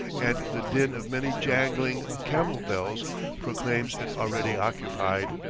and the din of many jangling camel-bells proclaims it already occupied.